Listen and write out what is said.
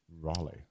Raleigh